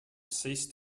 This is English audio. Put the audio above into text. ceased